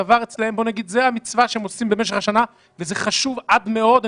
שזו המצווה שהם מקיימים במשך השנה וזה חשוב עד מאוד.